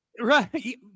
Right